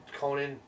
Conan